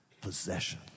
possession